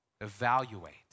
evaluate